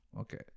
Okay